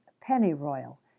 pennyroyal